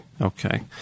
Okay